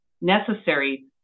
necessary